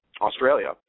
Australia